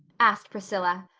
asked priscilla.